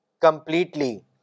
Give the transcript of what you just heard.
completely